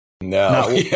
No